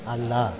ಅಲ್ಲ